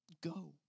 go